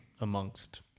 amongst